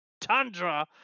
tundra